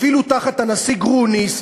אפילו תחת הנשיא גרוניס,